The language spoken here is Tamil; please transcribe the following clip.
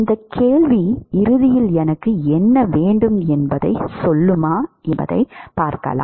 அந்த கேள்வி இறுதியில் எனக்கு என்ன வேண்டும் என்று சொல்கிறது